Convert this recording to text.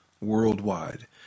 Worldwide